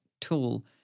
tool